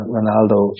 Ronaldo